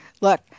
Look